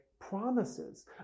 promises